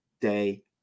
day